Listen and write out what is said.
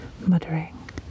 muttering